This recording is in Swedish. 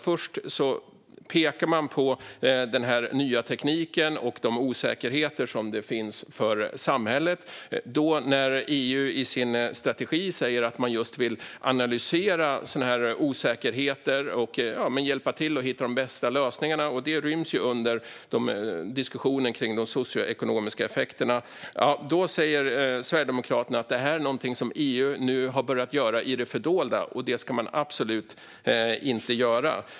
Först pekar man på den nya tekniken och de osäkerheter som finns för samhället. Men när EU i sin strategi säger att man just vill analysera sådana här osäkerheter och hjälpa till att hitta de bästa lösningarna, vilket ryms under diskussionen kring de socioekonomiska effekterna, då säger Sverigedemokraterna att det här är någonting som EU nu har börjat göra i det fördolda, och det ska man absolut inte göra.